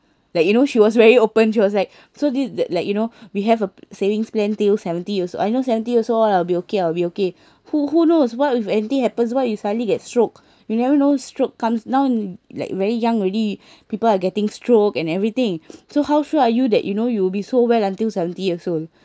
like you know she was very open she was like so this that like you know we have a savings plan till seventy years old I know seventy years old I'll be okay I'll be okay who who knows what if anything happens what you suddenly get stroke you never know stroke comes now like very young already people are getting stroke and everything so how sure are you that you know you'll be so well until seventy years old